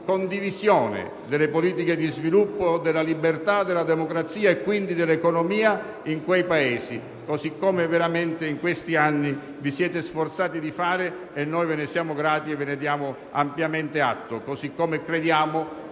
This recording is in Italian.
condivisione delle politiche di sviluppo, della libertà, della democrazia e quindi dell'economia in quei Paesi, così come veramente in questi anni vi siete sforzati di fare. Noi ve ne siamo grati e ve ne diamo ampiamente atto, così come crediamo